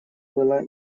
была